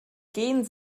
gehn